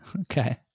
Okay